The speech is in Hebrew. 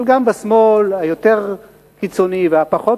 אבל גם בשמאל היותר קיצוני והפחות